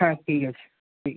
হ্যাঁ ঠিক আছে